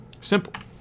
simple